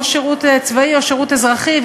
או שירות צבאי או שירות אזרחי,